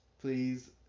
Please